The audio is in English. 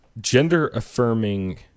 Gender-affirming